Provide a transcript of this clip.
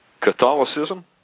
Catholicism